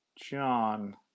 John